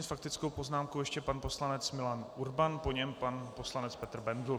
S faktickou poznámkou ještě pan poslanec Milan Urban, po něm pan poslanec Petr Bendl.